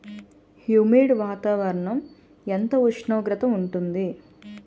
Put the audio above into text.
Humid వాతావరణం ఎంత ఉష్ణోగ్రత ఉంటుంది?